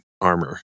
armor